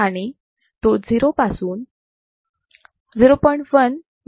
आणि तो 0 पासून 0